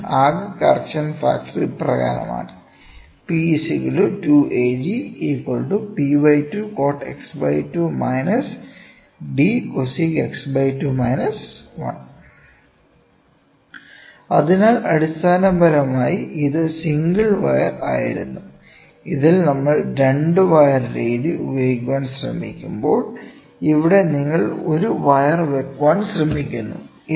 അതിനാൽ ആകെ correction factor ഇപ്രകാരമാണ് അതിനാൽ അടിസ്ഥാനപരമായി ഇത് സിംഗിൾ വയർ ആയിരുന്നു ഇതിൽ നമ്മൾ 2 വയർ രീതി ഉപയോഗിക്കാൻ ശ്രമിക്കുമ്പോൾ ഇവിടെ നിങ്ങൾ ഒരു വയർ വെക്കാൻ ശ്രമിക്കുന്നു